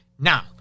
Now